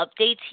Updates